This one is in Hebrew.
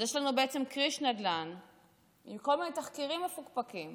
אז יש לנו בעצם כריש נדל"ן עם כל מיני תחקירים מפוקפקים